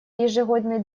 ежегодный